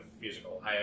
musical